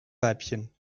weibchen